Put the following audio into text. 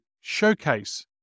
showcase